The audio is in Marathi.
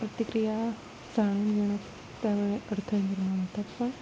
प्रतिक्रिया जाणून घेणं त्यावेळेस अडथळे निर्माण होतात पण